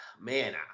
man